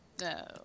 No